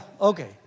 okay